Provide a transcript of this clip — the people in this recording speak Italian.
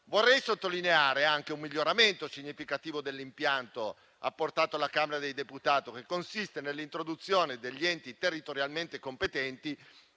Vorrei sottolineare anche un miglioramento significativo dell'impianto apportato alla Camera dei deputati, che consiste nell'introduzione degli enti territorialmente competenti